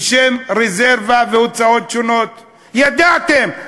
בשם "רזרבה" ו"הוצאות שונות"; ידעתם.